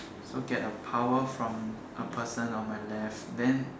so get a power from a person on my left then